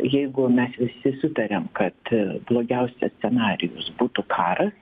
jeigu mes visi sutariam kad blogiausias scenarijus būtų karas